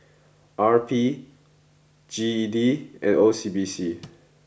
R P G E D and O C B C